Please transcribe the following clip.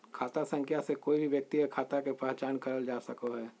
खाता संख्या से कोय भी व्यक्ति के खाता के पहचान करल जा सको हय